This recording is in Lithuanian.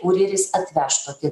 kurjeris atveš tokį